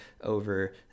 over